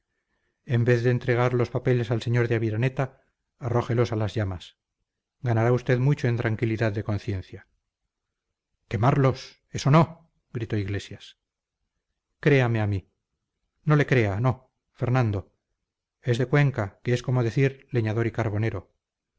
en vez de entregar los papeles al sr de aviraneta arrójelos a las llamas ganará usted mucho en tranquilidad de conciencia quemarlos eso no gritó iglesias créame a mí no le crea no fernando es de cuenca que es como decir leñador y carbonero